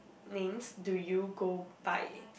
~names do you go by